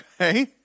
Okay